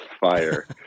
fire